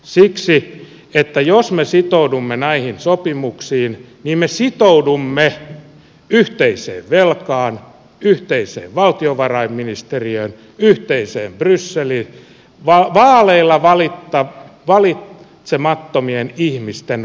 siksi että jos me sitoudumme näihin sopimuksiin niin me sitoudumme yhteiseen velkaan yhteiseen valtiovarainministeriöön yhteiseen brysseliin vaaleilla valitsemattomien ihmisten valtaan